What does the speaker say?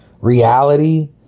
reality